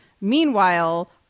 Meanwhile